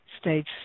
Stage